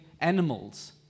animals